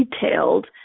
detailed